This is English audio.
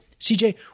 CJ